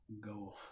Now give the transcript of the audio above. go